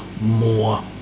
more